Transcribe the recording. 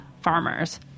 farmers